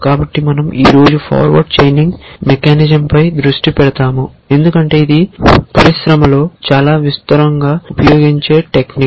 కాబట్టి మనం ఈ రోజు ఫార్వర్డ్ చైనింగ్ మెకానిజంపై దృష్టి పెడతాము ఎందుకంటే ఇది పరిశ్రమలో చాలా విస్తృతంగా ఉపయోగించే టెక్నిక్